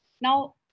Now